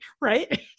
right